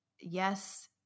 yes